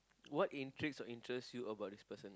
what intrigues or interest you about this person